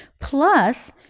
Plus